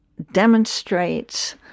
demonstrates